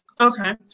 Okay